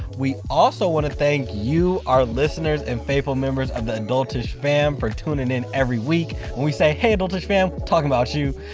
we also want to thank you, our listeners, and faithful members of the adult ish fam for tuning in every week. when we say hey adult ish fam, we're talking about you!